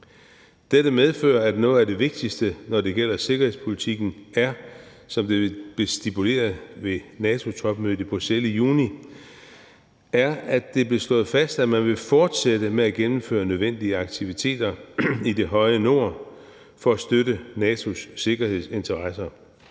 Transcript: Dette medfører, at noget af det vigtigste, når det gælder sikkerhedspolitikken, er, som det blev stipuleret ved NATO-topmødet i Bruxelles i juni, at det blev slået fast, at man vil fortsætte med at gennemføre nødvendige aktiviteter i det høje nord for at støtte NATO's sikkerhedsinteresser.